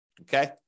okay